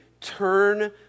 turn